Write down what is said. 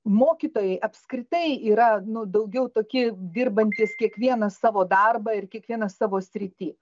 mokytojai apskritai yra nu daugiau toki dirbantys kiekvienas savo darbą ir kiekvienas savo srity